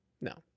No